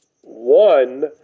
One